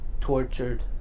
tortured